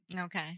okay